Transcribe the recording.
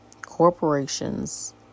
corporations